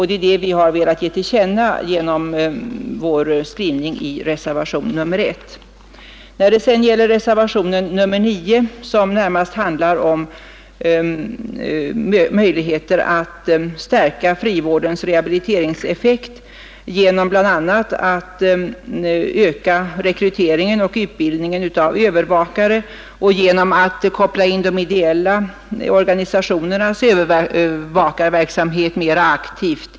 Detta har vi velat ge till känna genom vår skrivning i reservationen 1. Reservationen 9 handlar närmast om möjligheter att stärka frivårdens rehabiliteringseffekt, bl.a. genom att öka rekryteringen och utbildningen av övervakare och genom att koppla in de ideella organisationernas övervakarverksamhet mera aktivt.